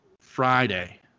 Friday